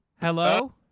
Hello